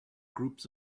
groups